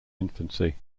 infancy